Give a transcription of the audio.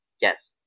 Yes